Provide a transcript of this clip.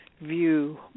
view